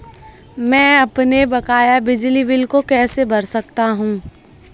मैं अपने बकाया बिजली बिल को कैसे भर सकता हूँ?